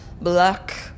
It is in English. black